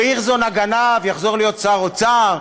או הירשזון הגנב יחזור להיות שר האוצר?